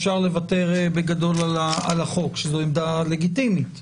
אפשר לוותר בגדול על החוק שזה עמדה לגיטימית.